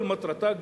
כל מטרתה,